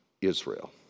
Israel